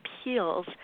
appeals